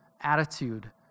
attitude